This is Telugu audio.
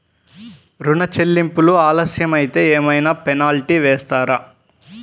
ఋణ చెల్లింపులు ఆలస్యం అయితే ఏమైన పెనాల్టీ వేస్తారా?